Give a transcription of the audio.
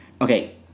Okay